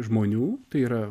žmonių tai yra